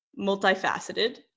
multifaceted